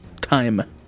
Time